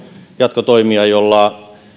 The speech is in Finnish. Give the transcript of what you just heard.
jatkotoimia joilla